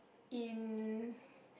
in